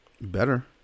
Better